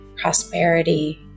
prosperity